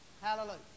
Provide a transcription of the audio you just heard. Hallelujah